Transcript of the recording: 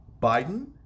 Biden